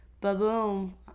ba-boom